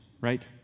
right